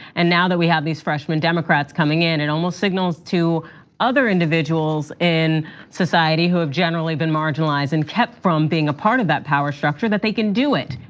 and now that we have these freshman democrats coming in, it almost signals to other individuals in society who have generally been marginalized and kept from being a part of that power structure, that they can do it.